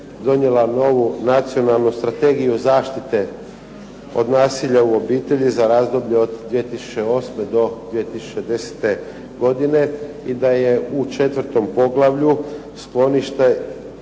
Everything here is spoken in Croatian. donijela novu Nacionalnu strategiju zaštite od nasilja u obitelji za razdoblje od 2008. do 2010. godine i da je u 4. poglavlju sklonište